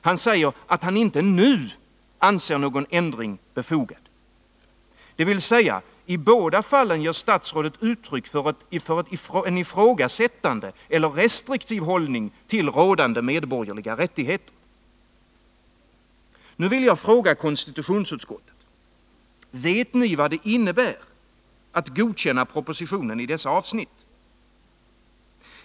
Han säger att han inte nu anser någon ändring befogad. 151 Det vill säga: I båda fallen ger statsrådet uttryck för en ifrågasättande eller restriktiv hållning till rådande medborgerliga rättigheter. Nu vill jag fråga konstitutionsutskottet: Vet ni vad det innebär att godkänna propositionen i dessa avsnitt?